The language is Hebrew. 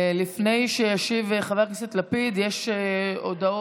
לפני שישיב חבר הכנסת לפיד יש הודעות